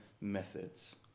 methods